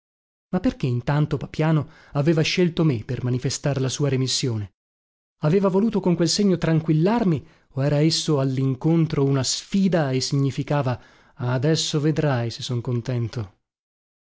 ma perché intanto papiano aveva scelto me per manifestar la sua remissione aveva voluto con quel segno tranquillarmi o era esso allincontro una sfida e significava adesso vedrai se son contento